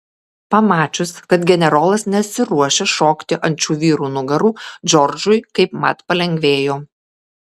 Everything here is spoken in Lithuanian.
pamačius kad generolas nesiruošia šokti ant šių vyrų nugarų džordžui kaipmat palengvėjo